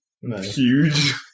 huge